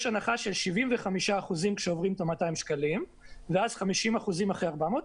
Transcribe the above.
יש הנחה של 75% כשעוברים את ה-200 שקלים ואז 50% אחרי 400,